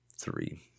three